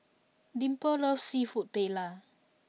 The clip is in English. Dimple loves Seafood Paella